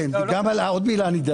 כן, אני אדלג על עוד מילה.